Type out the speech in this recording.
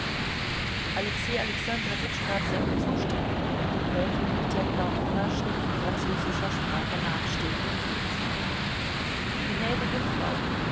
alexei alexandrowitsch gab seine zustimmung und die gräfin lydia iwanowna schrieb in französischer sprache nachstehenden brief gnädige frau